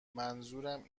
منظورم